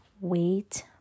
Wait